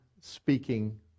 speaking